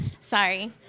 Sorry